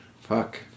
Fuck